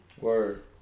Word